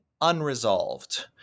unresolved